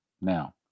Now